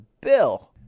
Bill